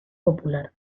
popular